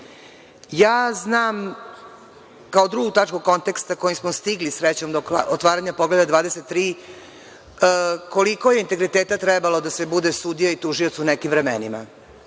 nama. Znam kao drugu tačku konteksta kojim smo stigli do otvaranja Poglavlja 23 koliko je integriteta trebalo da se bude sudija i tužioc u nekim vremenima.